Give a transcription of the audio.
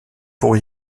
pour